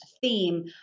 theme